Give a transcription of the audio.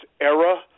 era